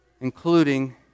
including